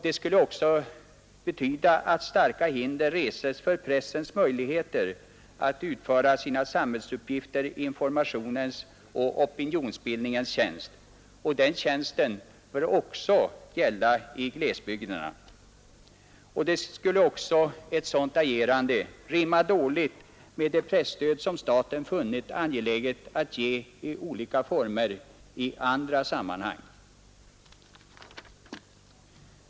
Den skulle ju också betyda att starka hinder reses för pressens möjligheter att utföra sina samhällsuppgifter i informationens och opinionsbildningens tjänst, och den tjänsten bör också glesbygderna få del av. Ett sådant agerande skulle dessutom rimma dåligt med det presstöd som staten funnit angeläget att ge i olika former i andra sammanhang.